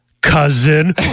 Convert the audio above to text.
Cousin